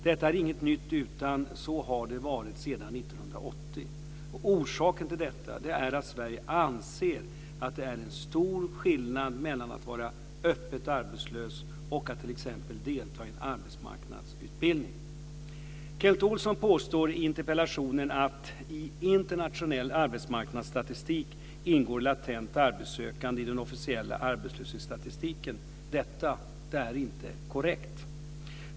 Detta är inget nytt, utan så har det varit sedan 1980. Orsaken till detta är att Sverige anser att det är en stor skillnad mellan att vara öppet arbetslös och att t.ex. delta i en arbetsmarknadsutbildning. Kent Olsson påstår i interpellationen att "i internationell arbetsmarknadsstatistik ingår latent arbetssökande i den officiella arbetslöshetsstatistiken". Detta är inte korrekt.